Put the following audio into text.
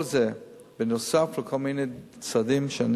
כל זה בנוסף לכל מיני צעדים שאני